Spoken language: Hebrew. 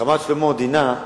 רמת-שלמה דינה,